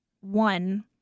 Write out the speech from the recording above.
One